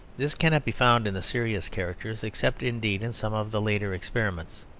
this cannot be found in the serious characters except indeed in some of the later experiments